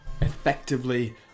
effectively